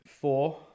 Four